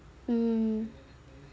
mm